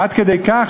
עד כדי כך,